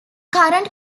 current